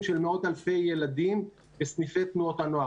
של מאות אלפי ילדים בסניפי תנועות הנוער.